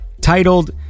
titled